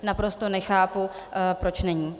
Naprosto nechápu, proč není.